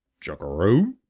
chug-a-rum!